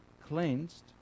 cleansed